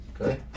okay